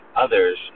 others